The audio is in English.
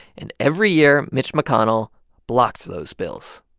and every year, mitch mcconnell blocked those bills.